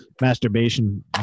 masturbation